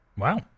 Wow